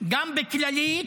גם בכללית,